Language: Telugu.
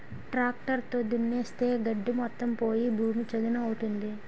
ట్రాక్టర్ తో దున్నిస్తే గడ్డి మొత్తం పోయి భూమి చదును అవుతుంది